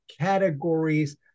categories